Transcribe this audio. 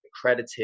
accredited